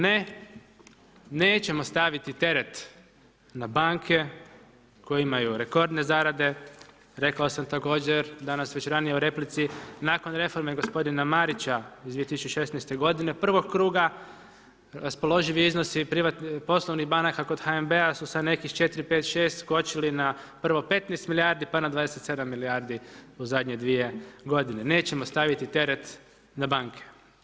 Ne, nećemo staviti teret na banke koje imaju rekordne zarade, rekao sam također danas već ranije u replici nakon reforme gospodina Marića iz 2016. g. prvog kruga, raspoloživi iznosi poslovnih banaka kod HNB-a su sa nekih 4, 5, 6 skočili na prvo 15 milijardi pa na 27 milijardi u zadnje 2 g. Nećemo staviti teret na banke.